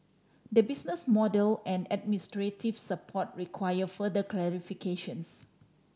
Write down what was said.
the business model and administrative support require further clarifications